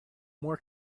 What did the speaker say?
more